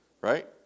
right